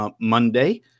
Monday